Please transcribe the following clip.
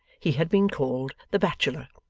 he had been called the bachelor.